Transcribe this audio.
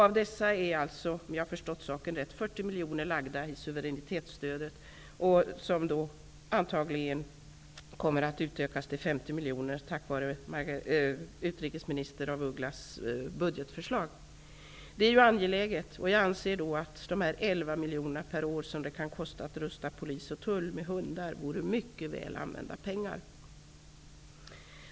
Av detta är, om jag har förstått saken rätt, 40 miljoner inlagda i det s.k. suveränitetsstödet, vilket nu antagligen kommer att utökas till 50 miljoner tack vare utrikesminister af Ugglas budgetförslag. Detta är angeläget, och jag anser att de ca 11 miljoner per år som det kan kosta att utrusta polis och tull med hundar vore väl använda pengar.